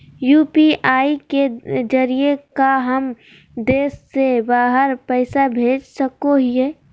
UPI के जरिए का हम देश से बाहर पैसा भेज सको हियय?